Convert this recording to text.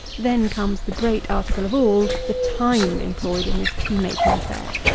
then comes the great article of all, the time employed in this tea-making affair.